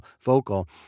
vocal